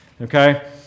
okay